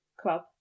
club